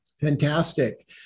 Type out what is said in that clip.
Fantastic